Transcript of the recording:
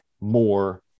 more